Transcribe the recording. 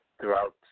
throughout